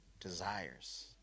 desires